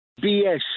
BS